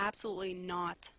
absolutely not